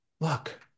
look